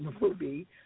movie